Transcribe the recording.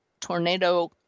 tornado